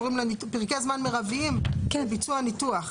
פרקי זמן מרביים לביצוע ניתוח?